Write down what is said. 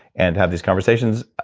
and have these conversations,